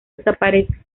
desaparece